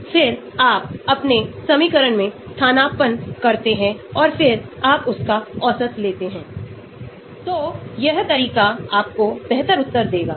यहांन्यूट्रल रूप मेटा प्रतिस्थापन हैन्यूट्रल रूप आयनियन रूप से कम स्थिर है